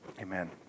amen